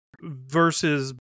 versus